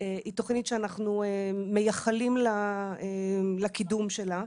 היא תוכנית שאנחנו מייחלים לקידום שלה,